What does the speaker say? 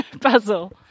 puzzle